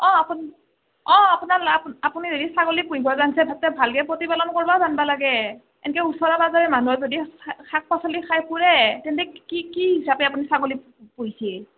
অঁ আপুনি অঁ আপুনি যদি ছাগলী পোহিব জানচে তাতে ভালকৈ প্ৰতিপালন কৰ্বাও জানবা লাগে এংকে ওচৰে পাজৰে মানুহৰ যদি শাক শাক পাচলি খাই ফুৰে তেন্তে কি কি হিচাপে আপুনি ছাগলী পোহিছে